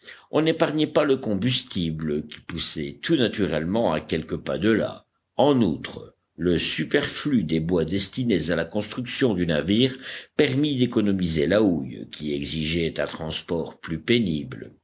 on n'épargnait pas le combustible qui poussait tout naturellement à quelques pas de là en outre le superflu des bois destinés à la construction du navire permit d'économiser la houille qui exigeait un transport plus pénible